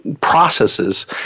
processes